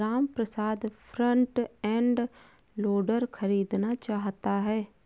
Ramprasad front end loader खरीदना चाहता है